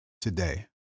today